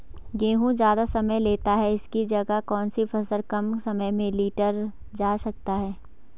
गेहूँ ज़्यादा समय लेता है इसकी जगह कौन सी फसल कम समय में लीटर जा सकती है?